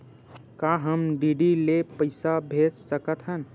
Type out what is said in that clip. का हम डी.डी ले पईसा भेज सकत हन?